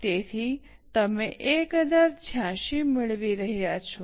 તેથી તમે 1086 મેળવી રહ્યાં છો